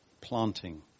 planting